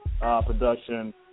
production